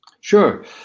Sure